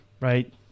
right